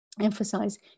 emphasize